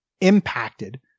impacted